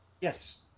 yes